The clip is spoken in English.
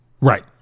Right